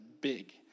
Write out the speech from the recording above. big